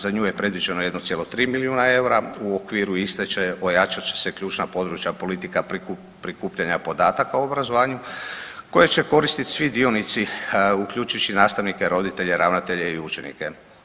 Za nju je predviđeno 1,3 milijuna eura u okviru iste će se ojačati ključna područja politika prikupljanja podataka u obrazovanju koji će koristiti svi dionici uključivši nastavnike, roditelje, ravnatelje i učenike.